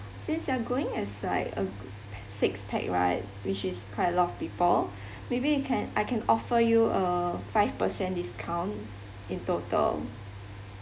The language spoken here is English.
since you are going as like a six pax right which is quite a lot of people maybe you can I can offer you a five percent discount in total